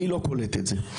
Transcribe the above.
אני לא קולט את זה.